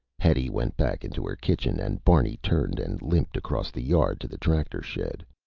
hetty went back into her kitchen and barney turned and limped across the yard to the tractor shed.